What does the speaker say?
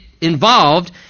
involved